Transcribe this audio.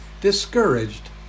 discouraged